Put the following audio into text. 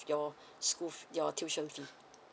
your school your tuition fee